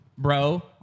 Bro